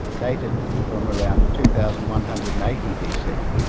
dated from around two thousand one hundred and eighty bc.